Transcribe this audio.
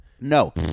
No